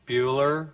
Bueller